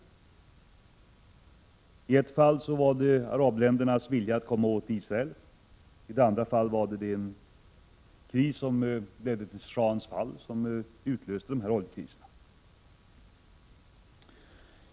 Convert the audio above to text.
I det ena fallet orsakades oljekrisen bl.a. av arabländernas vilja att komma åt Israel. I det andra utlöstes den av den kris som ledde till schahens fall.